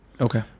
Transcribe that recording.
Okay